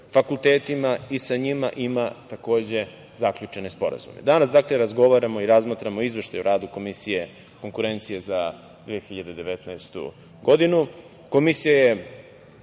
fakultetima i sa njima ima zaključene sporazume. Danas razgovaramo i razmatramo Izveštaj o radu Komisije konkurencije za 2019. godinu.